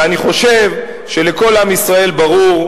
ואני חושב שלכל עם ישראל ברור,